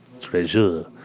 Treasure